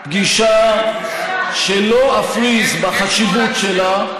אין בושה, פגישה שלא אפריז בחשיבות שלה,